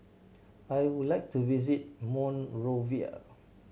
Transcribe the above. I would like to visit Monrovia